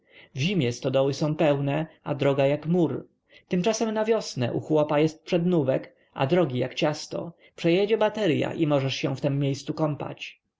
zimie stodoły są pełne a droga jak mur tymczasem na wiosnę u chłopa jest przednówek a drogi jak ciasto przejedzie baterya i możesz się w tem miejscu kąpać